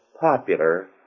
popular